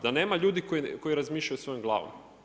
Da nema ljudi koji razmišljaju svojom glavom.